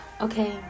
Okay